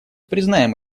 признаем